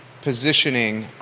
positioning